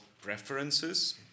preferences